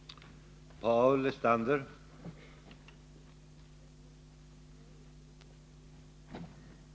Torsdagen den